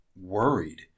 worried